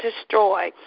destroy